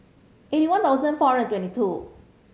eighty one thousand four hundred and twenty two